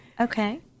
Okay